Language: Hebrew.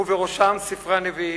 ובראשם ספרי הנביאים,